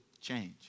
change